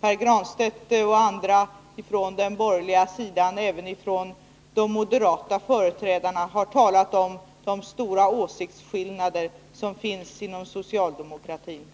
Pär Granstedt och andra från den borgerliga sidan, däribland även några moderata företrädare, har talat om de stora åsiktsskillnader som finns inom socialdemokratin.